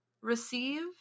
receive